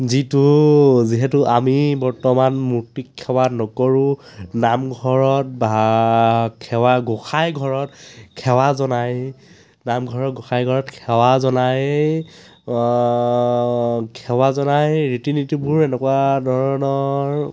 যিটো যিহেতু আমি বৰ্তমান মূৰ্তিক সেৱা নকৰো নামঘৰত বা সেৱা গোঁহাইঘৰত সেৱা জনাই নামঘৰত গোঁসাইঘৰত সেৱা জনাই সেৱা জনাই ৰীতি নীতিবোৰ এনেকুৱা ধৰণৰ